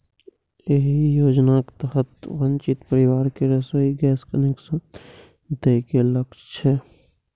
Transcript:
एहि योजनाक तहत वंचित परिवार कें रसोइ गैस कनेक्शन दए के लक्ष्य छै